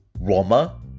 Roma